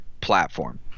platform